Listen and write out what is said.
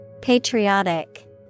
patriotic